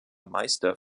meister